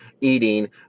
eating